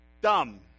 dumb